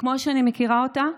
וכמו שאני מכירה אותה,